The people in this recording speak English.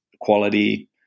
quality